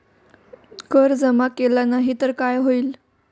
कर जमा केला नाही तर काय होईल?